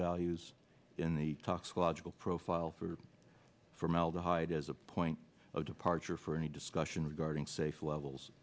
values in the talks logical profile for formaldehyde as a point of departure for any discussion regarding safe levels